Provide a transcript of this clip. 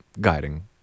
guiding